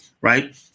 Right